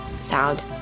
sound